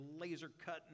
laser-cut